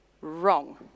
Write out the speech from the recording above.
wrong